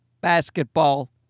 basketball